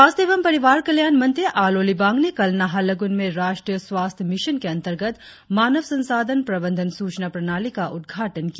स्वास्थ्य एवं परिवार कल्याण मंत्री आलो लिबांग ने कल नाहरलगुन में राष्ट्रीय स्वास्थ्य मिशन के अंतर्गत मानव संसाधन प्रबंधन सूचना प्रणाली का उद्घाटन किया